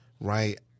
right